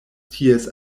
ties